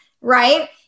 Right